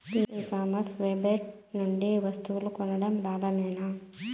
ఈ commerce website నుండి వస్తువులు కొనడం లాభమేనా?